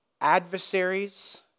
adversaries